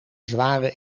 zware